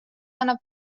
annab